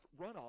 runoff